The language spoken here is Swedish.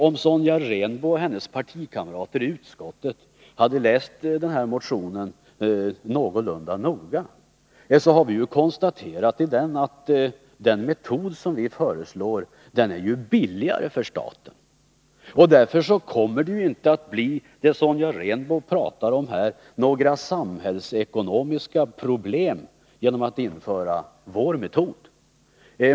Om Sonja Rembo och hennes partikamrater i utskottet hade läst motionen någorlunda noga hade de upptäckt att vi i den har konstaterat att den metod som vi föreslår är billigare för staten. Därför kommer det inte, som Sonja Rembo säger här, att bli några samhällsekonomiska problem genom att införa vår metod.